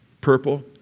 purple